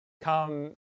come